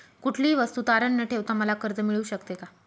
कुठलीही वस्तू तारण न ठेवता मला कर्ज मिळू शकते का?